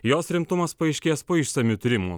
jos rimtumas paaiškės po išsamių tyrimų